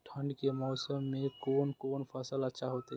ठंड के मौसम में कोन कोन फसल अच्छा होते?